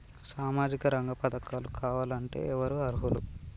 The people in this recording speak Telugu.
సామాజిక రంగ పథకాలు కావాలంటే ఎవరు అర్హులు?